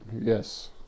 yes